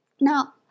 Now